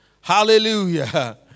Hallelujah